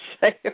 say